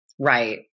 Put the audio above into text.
Right